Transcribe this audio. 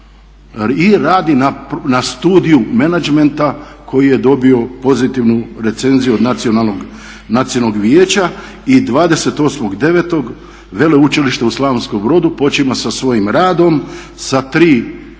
i radi na Studiju menadžmenta koji je dobio pozitivnu recenziju od nacionalnog vijeća i 28.9. Veleučilište u Slavonskom Brodu počinje sa svojim radom sa tri